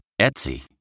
Etsy